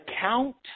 count